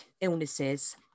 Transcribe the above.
illnesses